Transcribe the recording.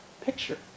picture